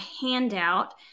handout